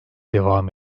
devam